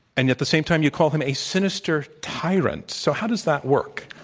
and, at the same time, you call him a sinister tyrant. so, how does that work?